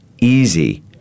easy